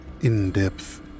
in-depth